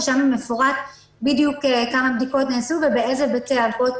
ששם מפורט בדיוק כמה בדיקות נעשו ובאילו בתי אבות